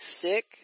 sick